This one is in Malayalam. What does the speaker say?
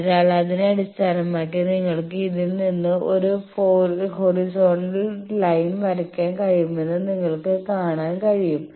അതിനാൽ അതിനെ അടിസ്ഥാനമാക്കി നിങ്ങൾക്ക് ഇതിൽ നിന്ന് ഒരു ഹോറിസോൺഡൽ ലൈൻ വരയ്ക്കാൻ കഴിയുമെന്ന് നിങ്ങൾക്ക് കാണാൻ കഴിയും